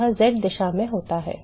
यह z दिशा में होता है